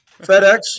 FedEx